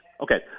Okay